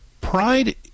pride